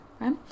right